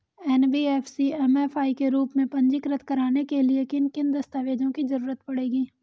NBFC MFI के रूप में पंजीकृत कराने के लिए किन किन दस्तावेजों की जरूरत पड़ेगी?